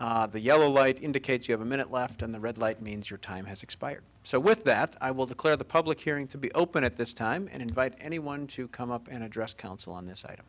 me the yellow light indicates you have a minute left on the red light means your time has expired so with that i will declare the public hearing to be open at this time and invite anyone to come up and address council on this site